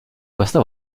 questa